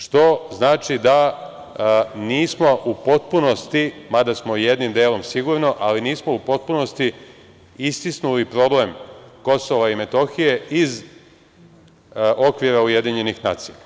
Što znači da nismo u potpunosti, mada smo jednim delom sigurno, ali nismo u potpunosti istisnuli problem KiM iz okvira UN.